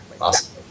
Awesome